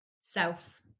self